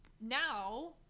now